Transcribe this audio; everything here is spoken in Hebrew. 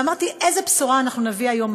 אמרתי: איזו בשורה אנחנו נביא היום?